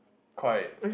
quite